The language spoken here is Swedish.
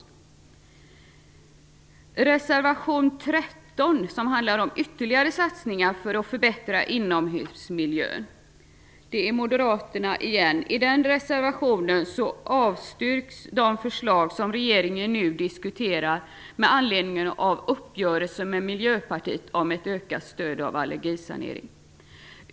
I reservation 13 avstyrker Moderaterna de förslag som regeringen nu diskuterar med anledning av uppgörelsen med Miljöpartiet om ett ökat stöd till allergisanering.